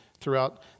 throughout